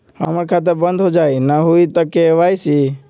हमर खाता बंद होजाई न हुई त के.वाई.सी?